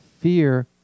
fear